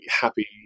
happy